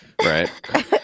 Right